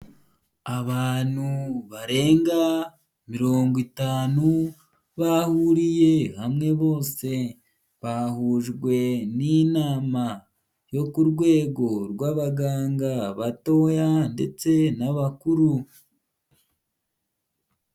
Abantu barenga mirongo itanu, bahuriye hamwe bose. Bahujwe n'inama yo ku rwego rw'abaganga, abatoya ndetse n'abakuru.